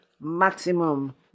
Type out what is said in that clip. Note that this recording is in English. maximum